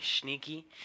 Sneaky